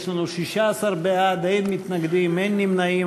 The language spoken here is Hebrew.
יש לנו 16 בעד, אין מתנגדים, אין נמנעים.